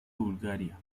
bulgaria